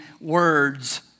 words